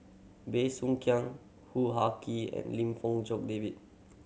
Bey Soo Khiang Hoo Ha Kay and Lim Fong Jock David